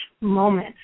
moment